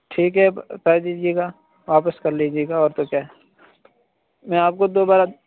ٹھیک ہے کر دیجیے گا واپس کر لیجیے گا اور تو کیا ہے میں آپ کو دوبارہ